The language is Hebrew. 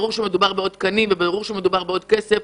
ברור שמדובר בתקנים נוספים ובעוד כסף,